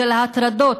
של ההטרדות,